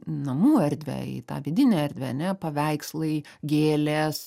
namų erdvę į tą vidinę erdvę ane paveikslai gėlės